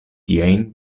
tiajn